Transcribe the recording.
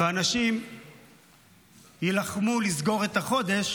ואנשים יילחמו לסגור את החודש